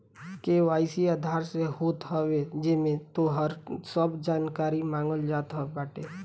KYC Aadhaar से होत हवे जेमे तोहार सब जानकारी मांगल जात बाटे